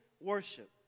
worship